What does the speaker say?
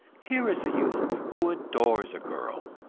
here is a youth who adores a girl,